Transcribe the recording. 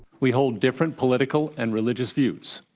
we hold different political and religious views,